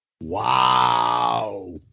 Wow